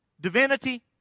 divinity